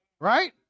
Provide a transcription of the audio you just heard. right